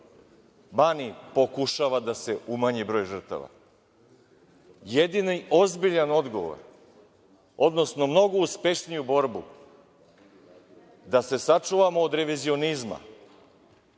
pokušava da se umanji broj žrtava. Jedini ozbiljan odgovor, odnosno mnogo uspešniju borbu da se sačuvamo od revizionizma